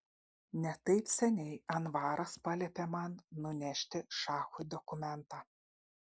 ne taip seniai anvaras paliepė man nunešti šachui dokumentą